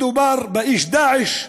מדובר באיש "דאעש".